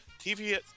TV